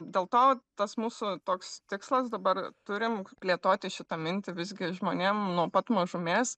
dėl to tas mūsų toks tikslas dabar turim plėtoti šitą mintį visgi žmonėm nuo pat mažumės